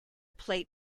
plate